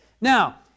Now